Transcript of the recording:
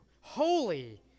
Holy